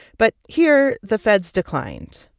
but here, the feds declined.